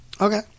Okay